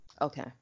Okay